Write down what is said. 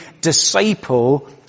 disciple